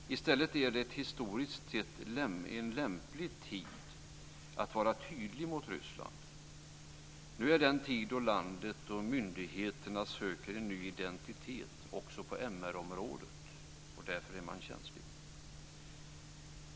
I stället är det en historiskt sett lämpligt tid att vara tydlig mot Ryssland. Nu är den tid då landet och myndigheterna söker en ny identitet också på MR-området, och därför är man känslig.